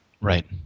Right